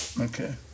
Okay